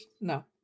No